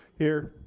here.